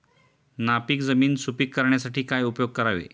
नापीक जमीन सुपीक करण्यासाठी काय उपयोग करावे?